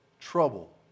trouble